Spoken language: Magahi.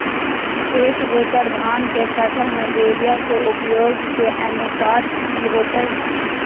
एक एकड़ धान के फसल में यूरिया के उपयोग के अनुपात की होतय?